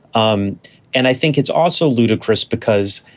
um and i think it's also ludicrous because,